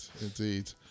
indeed